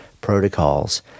protocols